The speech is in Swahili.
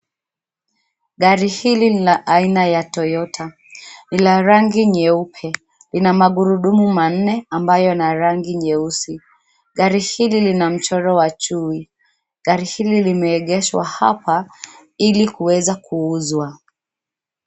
Gari hili ni la aina ya Toyota . Ni la rangi nyeupe, lina magudumu manne, ambayo ni ya rangi nyeusi. Gari hili lina mchoro wa chui. Gari hili limeegeshwa hapa ili kuweza kuuzwa.